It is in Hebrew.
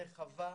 תוכנית רחבה,